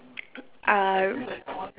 uh